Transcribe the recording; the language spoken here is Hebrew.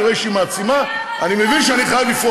כשאני רואה שיש בעיה, אז אני מטפל בה,